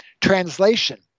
Translation